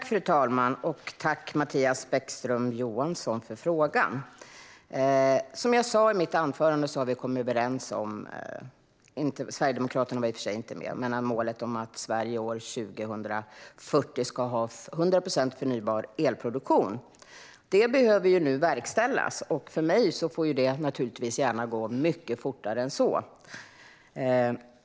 Fru talman! Jag tackar Mattias Bäckström Johansson för frågan. Som jag sa i mitt anförande har vi kommit överens om målet att Sverige år 2040 ska ha 100 procent förnybar elproduktion. Sverigedemokraterna var i och för sig inte med i den överenskommelsen. Detta mål behöver nu verkställas. För mig får detta naturligtvis gärna gå mycket fortare än så.